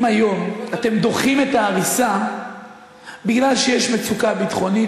אם היום אתם דוחים את ההריסה בגלל שיש מצוקה ביטחונית,